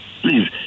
Please